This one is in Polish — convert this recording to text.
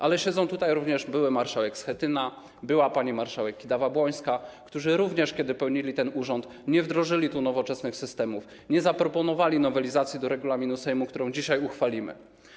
Ale siedzą tutaj również były marszałek Schetyna, była pani marszałek Kidawa-Błońska, którzy również, kiedy pełnili ten urząd, nie wdrożyli tu nowoczesnych systemów, nie zaproponowali nowelizacji regulaminu Sejmu, którą dzisiaj uchwalimy.